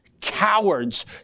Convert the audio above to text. cowards